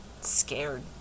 scared